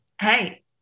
hey